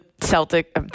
celtic